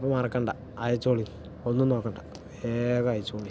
അപ്പ മറക്കണ്ട അയച്ചോളി ഒന്നും നോക്കണ്ട വേഗം അയച്ചോളി